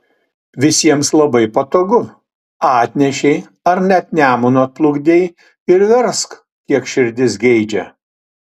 visiems labai patogu atnešei ar net nemunu atplukdei ir versk kiek širdis geidžia